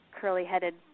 curly-headed